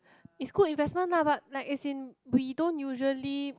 it's good investment lah but like as in we don't usually